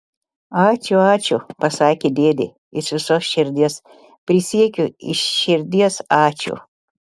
ačiū ačiū pasakė dėdė iš visos širdies prisiekiu iš širdies ačiū